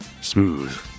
smooth